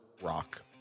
rock